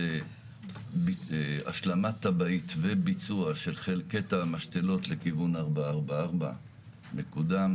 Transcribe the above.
זה השלמת תב"עית וביצוע של קטע המשתלות לכיוון 444 מקודם.